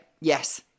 Yes